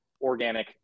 organic